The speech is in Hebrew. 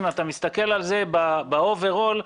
אם אתה מסתכל על זה ב-אובר אול,